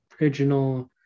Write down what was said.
original